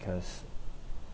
cause